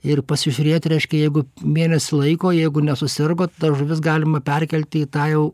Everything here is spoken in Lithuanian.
ir pasižiūrėti reiškia jeigu mėnesį laiko jeigu nesusirgo tas žuvis galima perkelti į tą jau